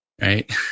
right